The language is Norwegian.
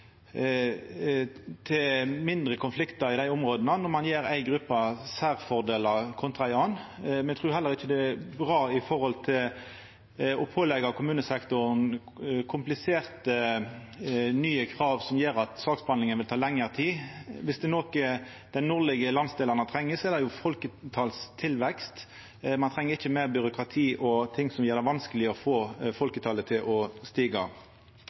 konfliktar i dei områda å gje ei gruppe særfordelar kontra ei anna. Me trur heller ikkje det er bra å påleggja kommunesektoren kompliserte, nye krav som gjer at saksbehandlinga vil ta lengre tid. Om det er noko dei nordlege landsdelane treng, er det tilvekst i folketalet. Ein treng ikkje meir byråkrati og ting som gjer det vanskeleg å få folketalet til å stiga.